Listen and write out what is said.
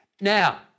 Now